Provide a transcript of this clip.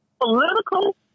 Political